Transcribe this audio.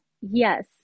Yes